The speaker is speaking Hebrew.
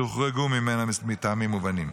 שהוחרגו ממנה מטעמים מובנים.